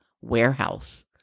warehouse